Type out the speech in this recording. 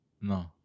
No